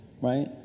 Right